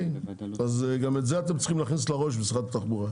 גם את זה אתם צריכים להכניס לראש, משרד התחבורה.